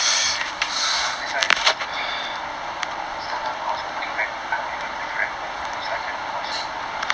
ya same that's why that's why I was thinking sometime I also think back I don't even feel like going sergeant course anymore